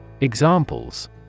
Examples